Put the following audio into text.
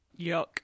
Yuck